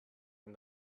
and